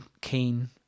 keen